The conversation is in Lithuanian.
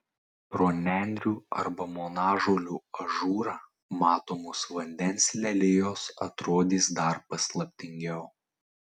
pro nendrių arba monažolių ažūrą matomos vandens lelijos atrodys dar paslaptingiau